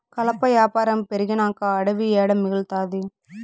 కలప యాపారం పెరిగినంక అడివి ఏడ మిగల్తాది